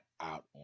out